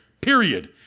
Period